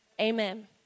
Amen